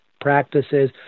practices